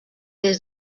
des